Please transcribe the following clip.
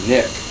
Nick